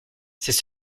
c’est